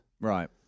Right